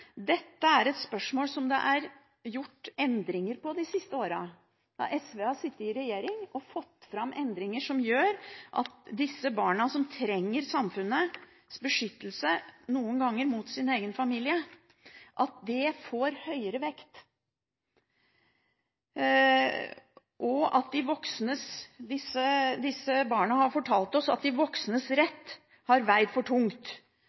Dette er et spørsmål som det er gjort endringer på de siste årene. SV har sittet i regjering og fått fram endringer som gjør at det vektlegges høyere at de barna som trenger samfunnets beskyttelse, noen ganger mot sin egen familie, får det – disse barna har fortalt oss at de voksnes rett har veid for tungt.